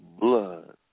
blood